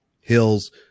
hills